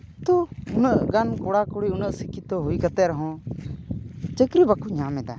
ᱛᱚ ᱩᱱᱟᱹᱜ ᱜᱟᱱ ᱠᱚᱲᱟᱼᱠᱩᱲᱤ ᱩᱱᱟᱹᱜ ᱥᱤᱠᱠᱷᱤᱛᱚ ᱦᱩᱭ ᱠᱟᱛᱮᱫ ᱨᱮ ᱦᱚᱸ ᱪᱟᱹᱠᱨᱤ ᱵᱟᱠᱚ ᱧᱟᱢᱮᱫᱟ